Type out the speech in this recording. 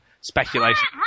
speculation